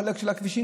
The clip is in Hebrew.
את החלק של הכבישים,